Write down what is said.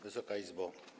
Wysoka Izbo!